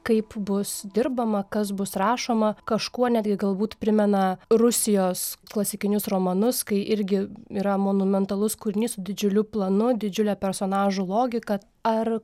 kaip bus dirbama kas bus rašoma kažkuo netgi galbūt primena rusijos klasikinius romanus kai irgi yra monumentalus kūrinys su didžiuliu planu didžiule personažų logika ar